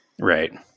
Right